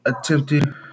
attempted